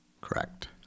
Correct